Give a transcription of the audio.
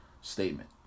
statement